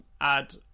add